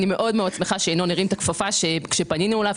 אני שמחה מאוד שינון אזולאי הרים את הכפפה כאשר פנינו אליו.